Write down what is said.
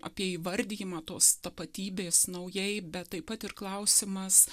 apie įvardijimą tos tapatybės naujai bet taip pat ir klausimas